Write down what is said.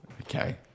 Okay